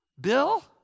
Bill